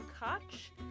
Koch